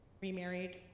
remarried